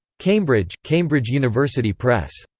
cambridge cambridge university press.